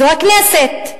והכנסת,